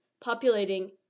populating